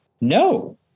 no